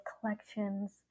collections